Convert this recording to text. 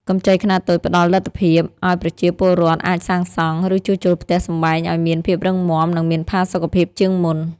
កម្ចីខ្នាតតូចផ្ដល់លទ្ធភាពឱ្យប្រជាពលរដ្ឋអាចសាងសង់ ឬជួសជុលផ្ទះសម្បែងឱ្យមានភាពរឹងមាំ និងមានផាសុកភាពជាងមុន។